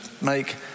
make